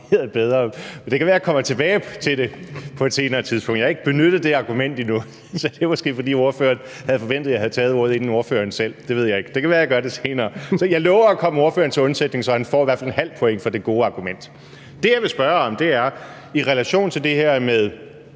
det kan være, jeg kommer tilbage til det på et senere tidspunkt – jeg har ikke benyttet det argument endnu, men det er måske, fordi ordføreren havde forventet, at jeg havde taget ordet inden ordføreren selv, det ved jeg ikke. Det kan være, jeg gør det senere. Så jeg lover at komme ordføreren til undsætning, så han i hvert fald får et halvt point for det gode argument. Det, jeg vil spørge om, er i relation til det her med